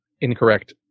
Incorrect